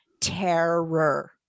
terror